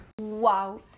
Wow